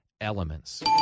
elements